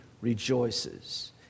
rejoices